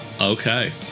Okay